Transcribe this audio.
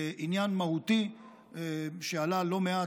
עניין מהותי שעלה לא מעט,